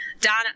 Donna